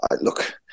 look